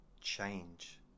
change